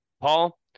Paul